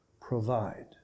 provide